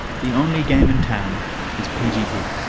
the only game in town is pgp.